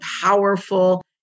powerful